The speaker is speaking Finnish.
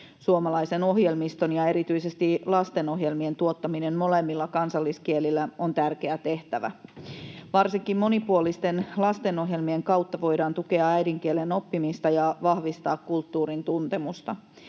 Suomalaisen ohjelmiston ja erityisesti lastenohjelmien tuottaminen molemmilla kansalliskielillä on tärkeä tehtävä. Varsinkin monipuolisten lastenohjelmien kautta voidaan tukea äidinkielen oppimista ja vahvistaa kulttuurin tuntemusta.